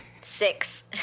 six